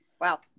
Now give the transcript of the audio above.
Wow